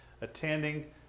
attending